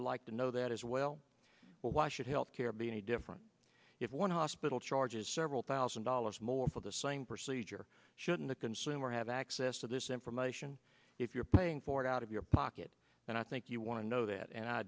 you like to know that as well but why should health care be any different if one hospital charges several thousand dollars more for the same procedure shouldn't the consumer have access to this information if you're paying for it out of your pocket and i think you want to know that and i